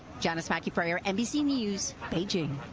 janis mackey frayer, nbc news, beijing.